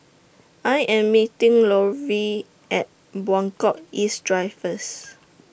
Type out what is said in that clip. I Am meeting Lovey At Buangkok East Drive First